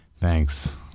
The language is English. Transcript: Thanks